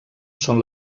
són